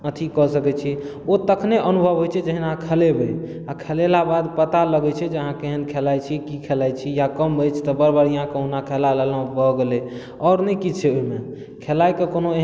अथी कऽ सकै छी ओ तखने अनुभव होइ छै जखन अहाँ खेलेबै आ खेलला बाद पता लगै छै जे अहाँ केहन खेलाइ छी की खेलाइ छी या कम अछि तऽ बड़ बढ़िऑं कोहना खेला लेलहुॅं भऽ गेलै आओर नहि किछु छै ओहिमे खेलाय के कोनो